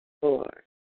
four